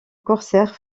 corsaire